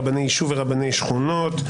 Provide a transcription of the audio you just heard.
רבני יישוב ורבי שכונות),